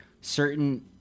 certain